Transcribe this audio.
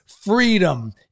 freedom